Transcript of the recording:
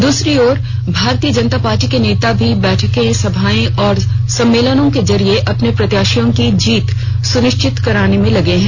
दूसरी ओर भारतीय जनता पार्टी के नेता भी बैठकें सभाएं और सम्मेलनों के जरिये अपने प्रत्याशियों की जीत सुनिश्चित करने में लगे हैं